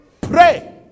pray